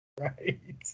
right